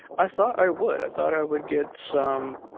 i thought i would. i thought i would get some